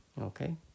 Okay